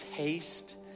Taste